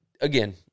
again